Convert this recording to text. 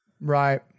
Right